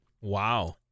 Wow